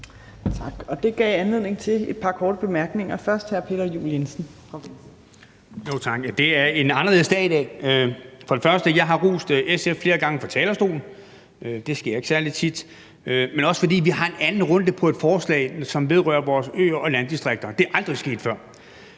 det fra hr. Peter Juel-Jensen. Kl. 20:35 Peter Juel-Jensen (V): Tak. Det er en anderledes dag i dag. For det første har jeg rost SF flere gange fra talerstolen; det sker ikke særlig tit. For det andet har vi en anden runde på et forslag, som vedrører vores øer og landdistrikter, og det er aldrig sket før.